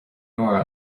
nóra